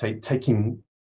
taking